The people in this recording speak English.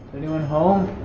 anyone home?